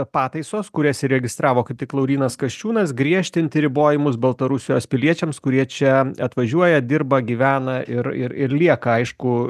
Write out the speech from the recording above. pataisos kurias įregistravo kaip tik laurynas kasčiūnas griežtinti ribojimus baltarusijos piliečiams kurie čia atvažiuoja dirba gyvena ir ir ir lieka aišku